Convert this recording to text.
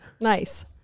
Nice